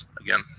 again